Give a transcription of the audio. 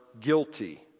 guilty